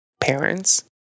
parents